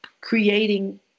creating